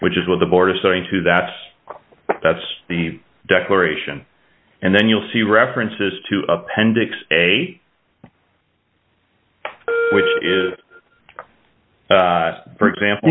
which is what the board asserting to that's that's the declaration and then you'll see references to appendix a which is for example